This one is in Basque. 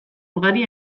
ugari